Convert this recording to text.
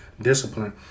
discipline